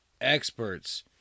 experts